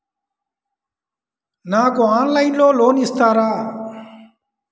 నాకు ఆన్లైన్లో లోన్ ఇస్తారా?